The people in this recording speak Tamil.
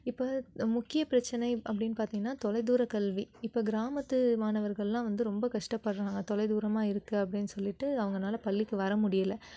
இப்போ முக்கிய பிரச்சனை அப்படின்னு பார்த்தீங்கனா தொலை தூர கல்வி இப்போ கிராமத்து மாணவர்கள்லாம் வந்து ரொம்ப கஷ்டபடுறாங்க தொலை தூரமாக இருக்குது அப்படின்னு சொல்லிட்டு அவங்கனால பள்ளிக்கு வர முடியலை